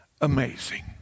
amazing